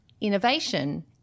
innovation